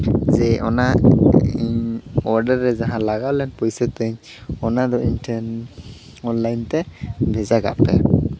ᱡᱮ ᱚᱱᱟ ᱤᱧ ᱚᱰᱟᱨ ᱨᱮ ᱡᱟᱦᱟᱸ ᱞᱟᱜᱟᱣ ᱞᱮᱱ ᱯᱩᱭᱥᱟᱹ ᱛᱤᱧ ᱚᱱᱟᱫᱚ ᱤᱧ ᱴᱷᱮᱱ ᱚᱱᱞᱟᱭᱤᱱ ᱛᱮ ᱵᱷᱮᱡᱟ ᱠᱟᱜ ᱯᱮ